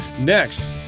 next